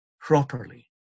properly